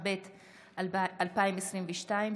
התשפ"ב 2022,